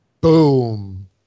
Boom